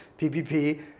PPP